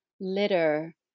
litter